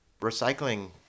recycling